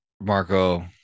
Marco